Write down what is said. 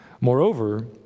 Moreover